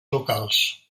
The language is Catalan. locals